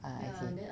ah I see